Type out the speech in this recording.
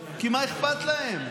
כי מה אכפת להם?